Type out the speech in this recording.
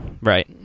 Right